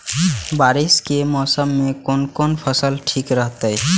बारिश के मौसम में कोन कोन फसल ठीक रहते?